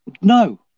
no